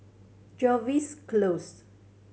Jervois Close